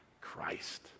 Christ